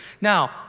Now